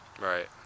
Right